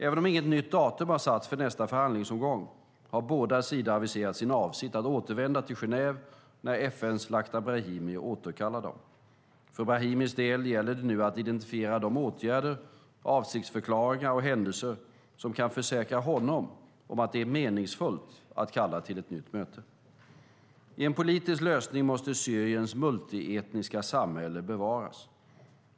Även om inget nytt datum har satts för nästa förhandlingsomgång har båda sidor aviserat sin avsikt att återvända till Genève när FN:s Lakhdar Brahimi återkallar dem. För Brahimis del gäller det nu att identifiera de åtgärder, avsiktsförklaringar och händelser som kan försäkra honom om att det är meningsfullt att kalla till ett nytt möte. I en politisk lösning måste Syriens multietniska samhälle bevaras.